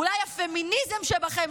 אולי הפמיניזם שבכן,